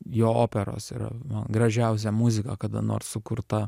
jo operos yra man gražiausia muzika kada nors sukurta